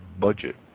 budget